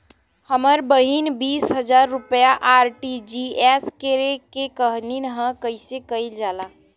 हमर बहिन बीस हजार रुपया आर.टी.जी.एस करे के कहली ह कईसे कईल जाला?